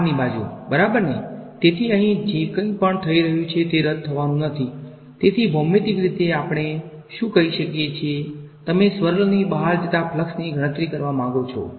બહારની બાજુ બરાબર છે તેથી અહીં જે કંઈ પણ થઈ રહ્યું છે તે રદ થવાનું નથી તેથી ભૌમિતિક રીતે આપણે શું કહી શકીએ કે તમે સ્વર્લ ની બહાર જતા ફ્લક્ષની ગણતરી કરવા માંગો છો